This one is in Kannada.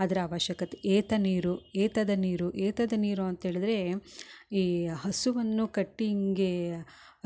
ಅದರ ಆವಶ್ಯಕತೆ ಏತ ನೀರು ಏತದ ನೀರು ಏತದ ನೀರು ಅಂತ ಹೇಳಿದ್ರೆ ಈ ಹಸುವನ್ನು ಕಟ್ಟಿ ಹಿಂಗೆ